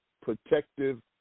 protective